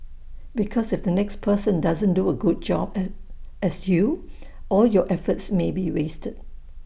because if the next person doesn't do A good job as you all your efforts may be wasted